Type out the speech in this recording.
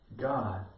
God